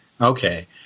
okay